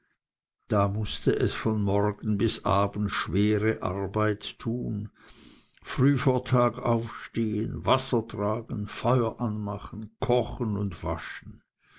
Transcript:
da mußte es von morgen bis abend schwere arbeit tun früh vor tag aufstehn wasser tragen feuer anmachen kochen und waschen